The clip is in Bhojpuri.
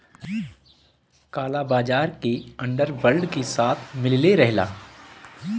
काला बाजार के अंडर वर्ल्ड के साथ मिलले रहला